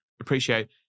appreciate